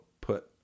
put